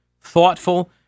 thoughtful